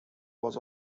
was